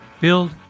Build